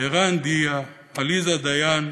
ערן דיה, עליזה דיין,